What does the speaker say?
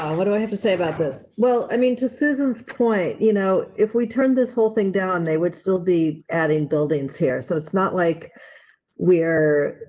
what do i have to say about this? well, i mean, to susan's point, you know, if we turn this whole thing down, they would still be adding buildings here. so, it's not like we're,